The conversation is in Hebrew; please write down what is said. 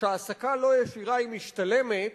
שהעסקה לא ישירה היא משתלמת,